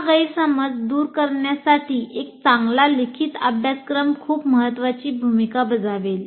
हा गैरसमज दूर करण्यासाठी एक चांगला लिखित अभ्यासक्रम खूप महत्वाची भूमिका बजावेल